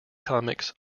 comics